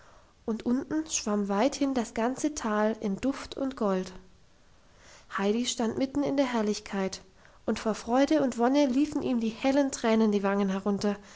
und unten schwamm weithin das ganze tal in duft und gold heidi stand mitten in der herrlichkeit und vor freude und wonne liefen ihm die hellen tränen die wangen herunter